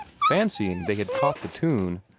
fancying they had caught the tune,